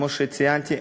כמו שציינתי,